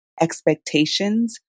expectations